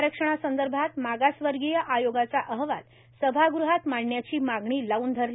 आरक्षणासंदर्भात मागासवर्गीय आयोगाचा अहवाल सभाग़हात मांडण्याची मागणी लावून धरली